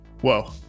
Whoa